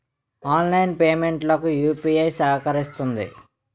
online payment లకు UPI సహకరిస్తుంది